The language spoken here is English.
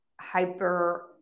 hyper